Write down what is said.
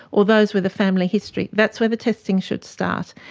or those with a family history, that's where the testing should start.